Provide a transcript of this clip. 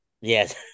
Yes